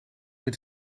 met